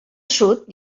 sud